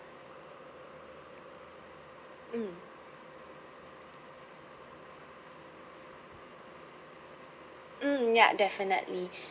mm mm ya definitely